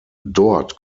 dort